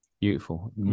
Beautiful